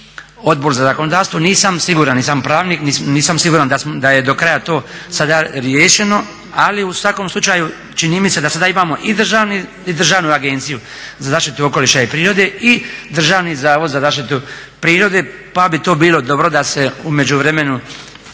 Odbor za zakonodavstvo. Nisam siguran, nisam pravnik, nisam siguran da je do kraja to sada riješeno, ali u svakom slučaju čini mi se da sada imamo i Državnu agenciju za zaštitu okoliša i prirode i Državni zavod za zaštitu prirode pa bi to bilo dobro da se u međuvremenu